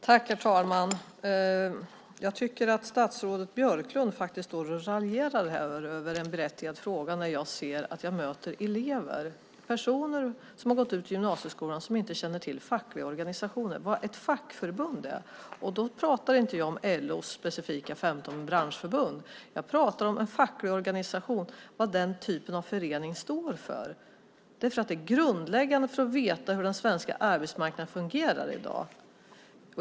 Herr talman! Jag tycker faktiskt att statsrådet Björklund raljerar över en berättigad fråga. Jag möter elever, personer som har gått ut gymnasieskolan, som inte känner till fackliga organisationer. De vet inte vad ett fackförbund är. Och då pratar inte jag om LO:s 15 specifika branschförbund, utan jag pratar om en facklig organisation och vad den typen av förening står för. Det är grundläggande för att veta hur den svenska arbetsmarknaden fungerar i dag.